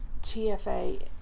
TFA